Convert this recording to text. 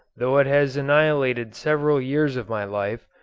though it has annihilated several years of my life,